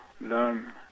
learn